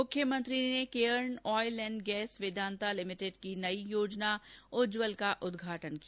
मुख्यमंत्री ने Cairn oil and gas Vedanta limited की नयी योजना उज्जवल का उद्घाटन किया